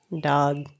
dog